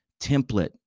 template